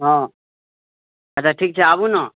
हँ अच्छा ठीक छै आबू ने